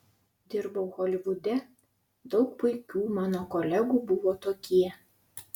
dirbau holivude daug puikių mano kolegų buvo tokie